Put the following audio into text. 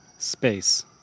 Space